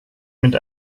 mit